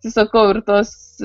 sakau ir tuos